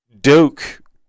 Duke